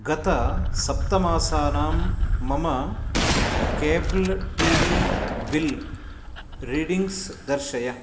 गतसप्तमासानां मम cable T V bill readings दर्शय